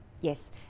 yes